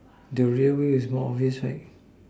the railway is more obvious right